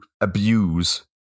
abuse